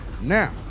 Now